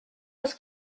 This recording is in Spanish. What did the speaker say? los